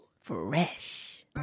Fresh